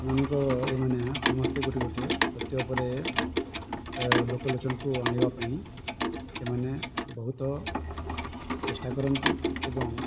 ଏମାନଙ୍କ ଏଇମାନେ ସମସ୍ତେ ଗୋଟି ଗୋଟିଏ ସତ୍ୟ ଉପରେ ଲୋକଲୋଚନକୁ ଆଣିବା ପାଇଁ ଏମାନେ ବହୁତ ଚେଷ୍ଟା କରନ୍ତି ଏବଂ